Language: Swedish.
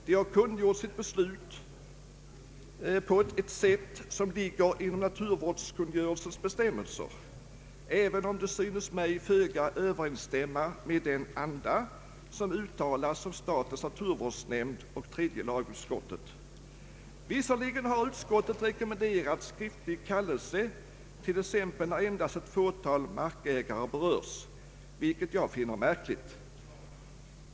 De har kungjort sitt beslut på ett sätt, som ligger inom naturvårdskungörelsens bestämmelser, även om det synes mig föga överensstämma med den anda, som uttalats av statens naturvårdsnämnd och tredje lagutskottet. Visserligen har utskottet rekommenderat skriftlig kallelse t.ex. när endast ett fåtal markägare berörs, vilket jag finner märkligt.